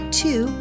two